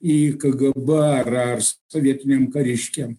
į kgb ar sovietiniam kariškiam